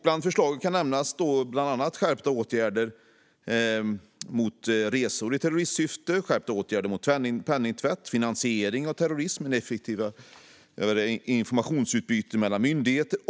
Bland förslagen kan nämnas förslag om skärpta åtgärder mot resor i terrorismsyfte, mot penningtvätt och mot finansiering av terrorism och om effektivare informationsutbyte mellan myndigheter.